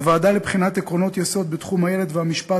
הוועדה לבחינת עקרונות יסוד בתחום הילד והמשפט